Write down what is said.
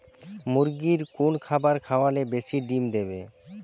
মুরগির কোন খাবার খাওয়ালে বেশি ডিম দেবে?